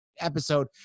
episode